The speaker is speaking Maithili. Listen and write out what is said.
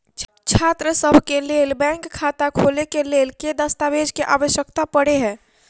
छात्रसभ केँ लेल बैंक खाता खोले केँ लेल केँ दस्तावेज केँ आवश्यकता पड़े हय?